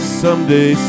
someday